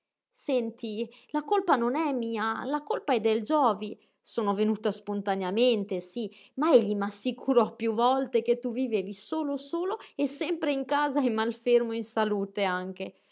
senti la colpa non è mia la colpa è del giovi sono venuta spontaneamente sí ma egli m'assicurò piú volte che tu vivevi solo solo e sempre in casa e malfermo in salute anche